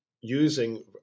using